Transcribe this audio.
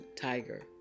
tiger